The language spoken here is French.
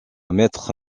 mettre